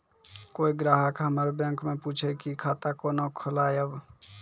कोय ग्राहक हमर बैक मैं पुछे की खाता कोना खोलायब?